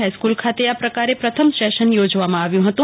હ ઇસ્કુલ ખ તે આ પ્રક રે પ્રથમ સેશન યોજવ મ આવ્યું હતું